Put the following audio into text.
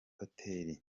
hoteli